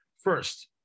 First